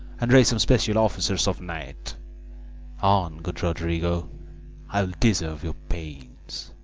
and raise some special officers of night on, good roderigo i'll deserve your pains.